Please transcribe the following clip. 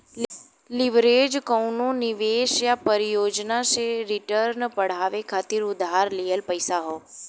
leverage कउनो निवेश या परियोजना से रिटर्न बढ़ावे खातिर उधार लिहल पइसा हौ